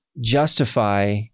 justify